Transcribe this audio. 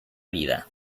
vida